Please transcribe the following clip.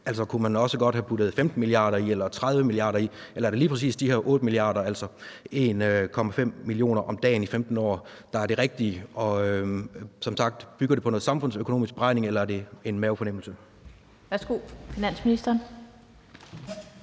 Altså, kunne man også godt have puttet 15 mia. kr. i eller 30 mia. kr. i, eller er det lige præcis de her 8 mia. kr., altså 1,5 mio. kr. om dagen i 15 år, der er det rigtige? Og bygger det som sagt på en samfundsøkonomisk beregning, eller er det en mavefornemmelse? Kl. 15:34 Den